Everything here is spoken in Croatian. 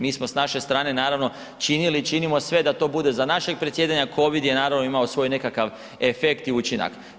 Mi smo s naše strane naravno činili i činimo sve da to bude za našeg predsjedanja, covid je imao svoj nekakav efekt i učinak.